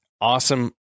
Awesome